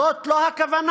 זאת לא הכוונה.